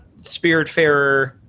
Spiritfarer